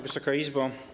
Wysoka Izbo!